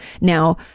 Now